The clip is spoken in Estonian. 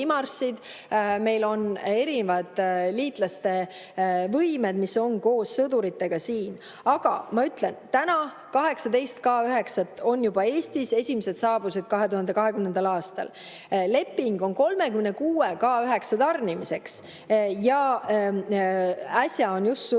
meil on erinevad liitlaste võimed, mis on koos sõduritega siin. Aga ma ütlen, et täna on 18 K9-t juba Eestis, esimesed saabusid 2020. aastal. Leping on 36 K9 tarnimiseks ja äsja on sõlmitud